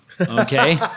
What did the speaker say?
okay